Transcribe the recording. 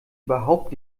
überhaupt